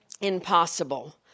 impossible